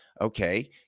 Okay